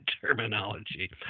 terminology